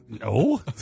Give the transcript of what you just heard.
No